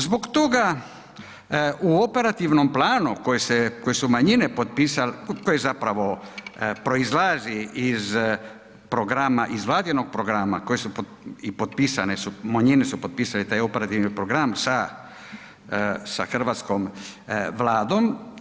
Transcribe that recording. Zbog toga u operativnom planu koji se, koji su manjine potpisale, koji zapravo proizlazi iz programa, iz Vladinog programa koje su potpisane su, manjine su potpisale taj operativni program sa hrvatskom Vladom.